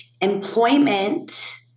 employment